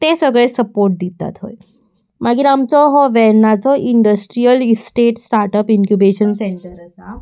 ते सगळे सपोर्ट दिता थंय मागीर आमचो हो वेर्णाचो industrial estate startup incubation centre आसा